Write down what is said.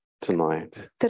tonight